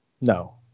No